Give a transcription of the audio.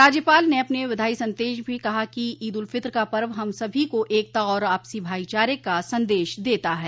राज्यपाल ने अपने बधाई संदश में कहा कि ईद उल फितर का पर्व हम सभी को एकता और आपसी भाईचारे का संदेश देता है